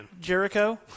Jericho